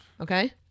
okay